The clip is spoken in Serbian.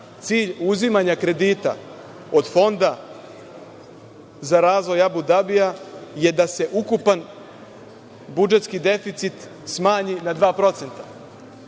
cilj uzimanja kredita od Fonda za razvoj Abu Dabija je da se ukupan budžetski deficit smanji na